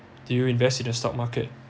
do you invest in the stock market